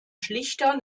schlichter